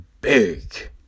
big